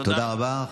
תודה רבה.